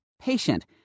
patient